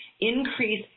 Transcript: increase